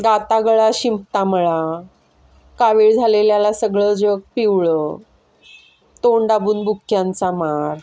गाता गळा शिंपता मळा काविळ झालेल्याला सगळं जग पिवळं तोंड डाबून बुक्यांचा मार